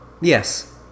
Yes